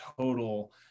total